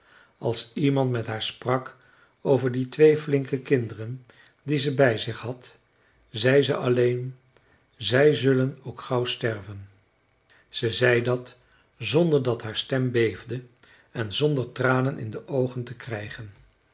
als iemand met haar sprak over die twee flinke kinderen die ze bij zich had zei ze alleen zij zullen ook gauw sterven ze zei dat zonder dat haar stem beefde en zonder tranen in de oogen te krijgen